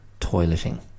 toileting